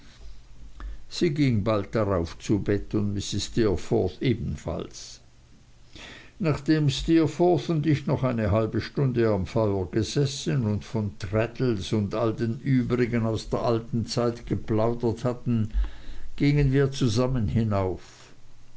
sie ging bald darauf zu bett und mrs steerforth ebenfalls nachdem steerforth und ich noch eine halbe stunde am feuer gesessen und von traddles und all den übrigen aus der alten zeit geplaudert hatten gingen wir zusammen hinauf